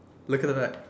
look at the back